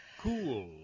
Cool